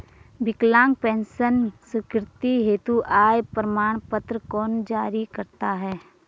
विकलांग पेंशन स्वीकृति हेतु आय प्रमाण पत्र कौन जारी करता है?